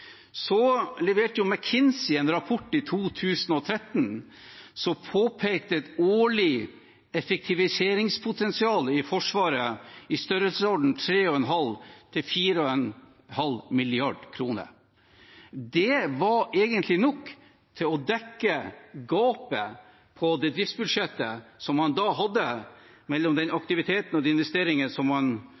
en rapport i 2013 som påpekte et årlig effektiviseringspotensial i Forsvaret i størrelsesordenen 3,5–4,5 mrd. kr. Det var egentlig nok til å dekke gapet i det driftsbudsjettet man da hadde mellom aktiviteten og investeringer man måtte gjøre, og de